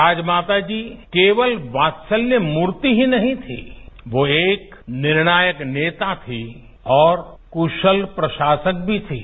राजमाता जी केवल वात्सल्य मूर्ति ही नहीं थी वो एक निर्णायक नेता थीं और कुशल प्रशासक भी थीं